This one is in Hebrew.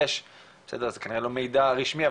כנראה זה לא מידע רשמי,